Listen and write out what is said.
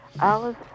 Alice